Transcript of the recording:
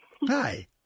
hi